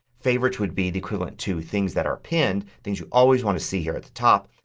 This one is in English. favorites would be equivalent to things that are pinned, things you always want to see here at the top.